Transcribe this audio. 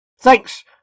Thanks